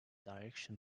direction